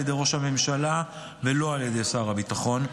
ידי ראש הממשלה ולא על ידי שר הביטחון,